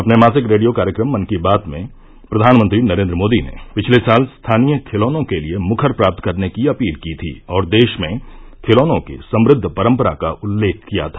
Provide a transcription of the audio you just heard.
अपने मासिक रेडियो कार्यक्रम मन की बात में प्रधानमंत्री नरेन्द्र मोदी ने पिछले साल स्थानीय खिलौनों के लिए मुखर प्राप्त करने की अपील की थी और देश में खिलौनों की समृद्व परंपरा का उल्लेख किया था